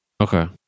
Okay